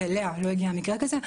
ואליה לא הגיע מקרה כזה.